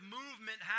movement